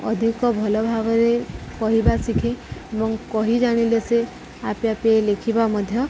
ଅଧିକ ଭଲ ଭାବରେ କହିବା ଶିଖେ ଏବଂ କହି ଜାଣିଲେ ସେ ଆପେ ଆପେ ଲେଖିବା ମଧ୍ୟ